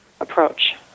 approach